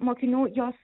mokinių jos